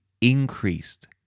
increased